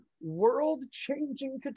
world-changing